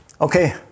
Okay